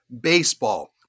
baseball